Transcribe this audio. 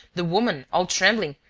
the woman, all trembling,